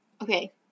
Okay